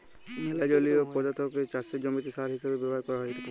ম্যালা জলীয় পদাথ্থকে চাষের জমিতে সার হিসেবে ব্যাভার ক্যরা হ্যয়